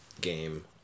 game